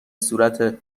صورت